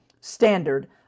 standard